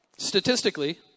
Statistically